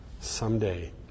someday